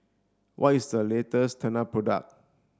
what is the latest Tena product